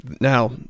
now